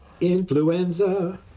Influenza